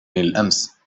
الأمس